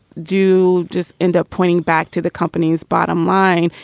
do just end up pointing back to the company's bottom line,